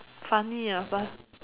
funny ah fun